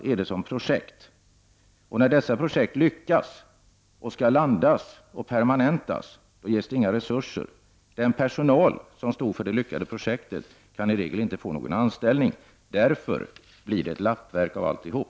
Det är oftast fråga om projekt, men när projekten lyckas och skall permanentas ges det inga resurser. Den personal som står för det lyckade projektet kan i regel inte få någon anställning. Därför blir det ett lappverk av alltihop.